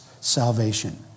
salvation